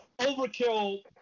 overkill